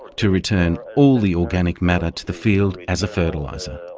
to return all the organic matter to the field as a fertiliser.